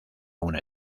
una